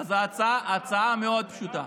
ההצעה מאוד פשוטה.